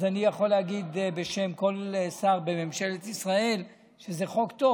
אז אני יכול להגיד בשם כל שר בממשלת ישראל שזה חוק טוב.